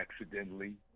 accidentally